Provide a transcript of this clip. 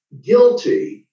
guilty